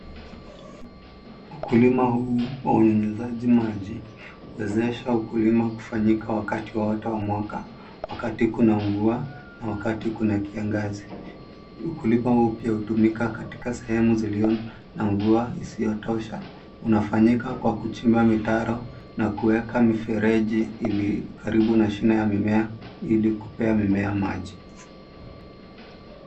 Ukulima huu wa unyunyuzaji maji huwezesha ukulima kufanyika wakati wowote wa mwaka, wakati kuna mvua na wakati kuna kiangazi. Ukulima huu pia hutumika katika sehemu ziliyo na mvua isio tosha. Unafanyika kwa kuchimba mitaro na kuweka mifereji ili karibu na shina ya mimea ili kupea mimea maji.